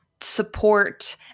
support